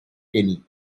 kenny